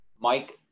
Mike